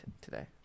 today